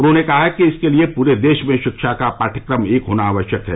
उन्होंने कहा कि इसके लिए पूरे देश में शिक्षा का पाठ्यक्रम एक होना आवश्यक है